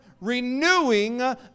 renewing